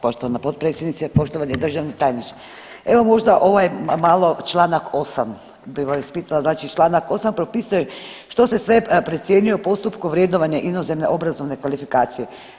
Poštovana potpredsjednice, poštovani državni tajniče, evo možda ovaj malo Članak 8. bih vas pitala, znači Članak 8. propisuje što se sve procjenjuje u postupku vrednovanja inozemne obrazovne kvalifikacije.